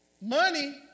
Money